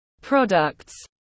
products